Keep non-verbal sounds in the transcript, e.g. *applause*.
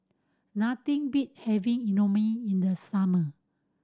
nothing beat having *unintelligible* in the summer